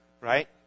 right